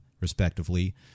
respectively